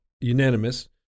unanimous